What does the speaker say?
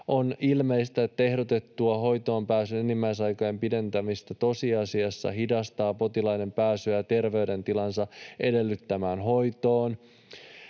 ”On ilmeistä, että ehdotettu hoitoonpääsyn enimmäisaikojen pidentäminen tosiasiassa hidastaa potilaiden pääsyä terveydentilansa edellyttämään hoitoon.